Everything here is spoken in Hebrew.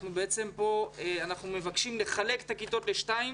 אנחנו מבקשים לחלק את הכיתות לשתיים